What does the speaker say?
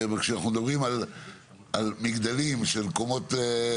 כשאנחנו מדברים על מגדלים של הרבה קומות,